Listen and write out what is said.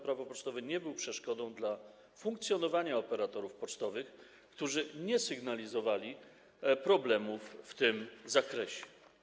Prawo pocztowe nie był przeszkodą dla funkcjonowania operatorów pocztowych, którzy nie sygnalizowali problemów w tym zakresie.